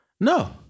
No